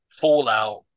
Fallout